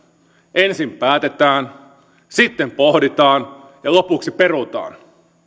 ensin päätetään sitten pohditaan ja lopuksi perutaan